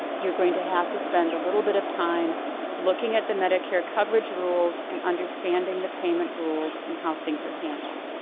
you're going to have to spend a little bit of time looking at the medicare coverage rules and understanding the payment rules and how things are handled.